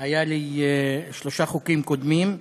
היו לי שלושה חוקים קודמים.